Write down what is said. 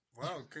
Wow